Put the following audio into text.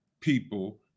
people